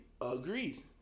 Agreed